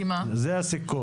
זה הסיכום.